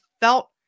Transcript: felt